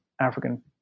African